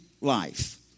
life